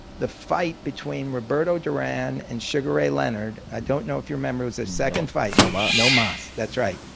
the fight between roberto duran and sugar ray leonard. i don't know if you remember it was the second fight. no mas. no mas, that's right.